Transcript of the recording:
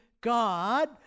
God